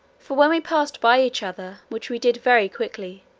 for when we passed by each other, which we did very quickly,